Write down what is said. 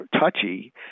Touchy